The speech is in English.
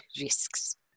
risks